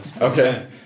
Okay